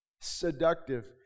Seductive